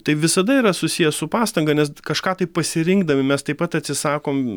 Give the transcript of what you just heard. tai visada yra susiję su pastanga nes kažką taip pasirinkdami mes taip pat atsisakom